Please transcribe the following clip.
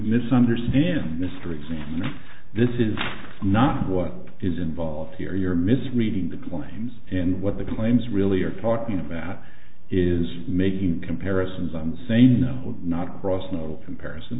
misunderstand mysteries and this is not what is involved here you are misreading the claims and what the claims really are talking about is making comparisons on say no would not cross no comparison